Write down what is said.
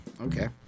Okay